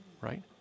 right